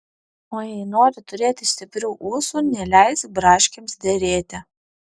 o jei nori turėti stiprių ūsų neleisk braškėms derėti